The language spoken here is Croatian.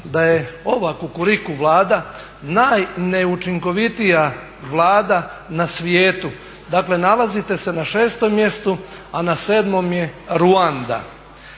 da je ova Kukuriku Vlada najneučinkovitija Vlada na svijetu, dakle nalazite se na 6. mjestu, a na 7. je Ruanda.